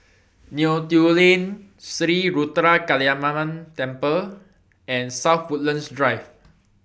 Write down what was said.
Neo Tiew Lane Sri Ruthra Kaliamman Temple and South Woodlands Drive